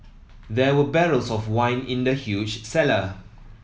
there were barrels of wine in the huge cellar